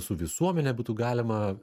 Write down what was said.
su visuomene būtų galima